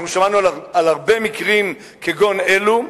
אנחנו שמענו על הרבה מקרים כגון אלו,